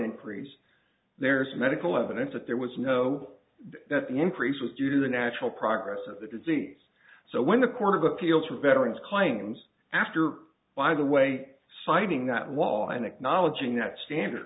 increase there is medical evidence that there was no that the increase was due to the natural progress of the disease so when the court of appeals for veterans claims after by the way citing that while and acknowledging that standard